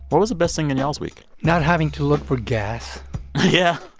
what was the best thing in y'all's week? not having to look for gas yeah,